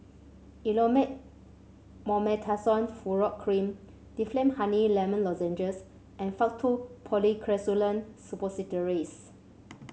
Elomet Mometasone Furoate Cream Difflam Honey Lemon Lozenges and Faktu Policresulen Suppositories